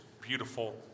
beautiful